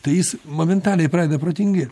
tai jis momentaliai pradeda protingėt